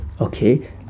okay